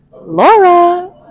Laura